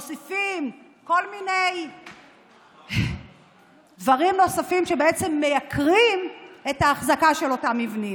מוסיפים כל מיני דברים שבעצם מייקרים את ההחזקה של אותם מבנים.